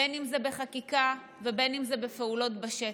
בין אם זה בחקיקה ובין אם זה בפעולות בשטח.